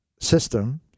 system